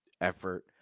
effort